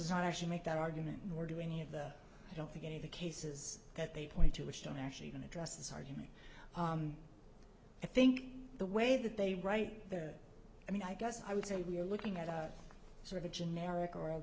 does not actually make that argument nor do any of the i don't think any of the cases that they point to which don't actually even address this argument i think the way that they right there i mean i guess i would say we're looking at sort of a generic or